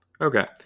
Okay